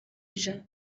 ijana